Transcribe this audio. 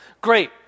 Great